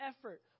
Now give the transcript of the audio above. effort